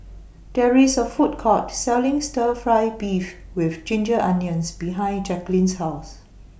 There IS A Food Court Selling Stir Fry Beef with Ginger Onions behind Jacklyn's House